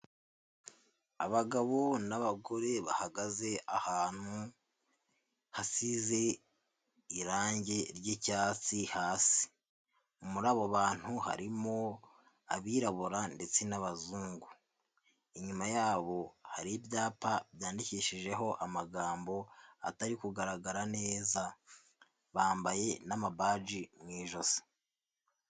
Abagabo n'abagore bahagaze ahantu, hasize irange ry'icyatsi hasi. Muri abo bantu harimo abirabura ndetse n'abazungu, inyuma yabo hari ibyapa byandikishijeho amagambo atari kugaragara neza, bambaye n'amabaji mu ijosi.